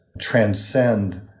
transcend